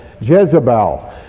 Jezebel